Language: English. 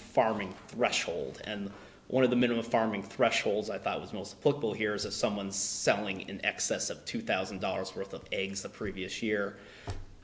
farming threshold and one of the middle of farming thresholds i thought was most vocal here is that someone's selling in excess of two thousand dollars worth of eggs the previous year